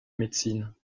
médecine